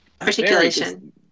articulation